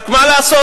רק מה לעשות,